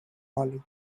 oli